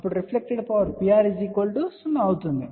కాబట్టి 50−50 0 అప్పుడు reflected power Pr 0 అవుతుంది